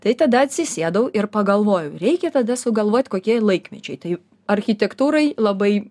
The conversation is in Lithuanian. tai tada atsisėdau ir pagalvojau reikia tada sugalvot kokie laikmečiai tai architektūrai labai